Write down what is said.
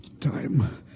time